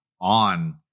On